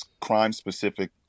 crime-specific